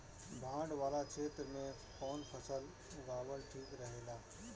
बाढ़ वाला क्षेत्र में कउन फसल लगावल ठिक रहेला?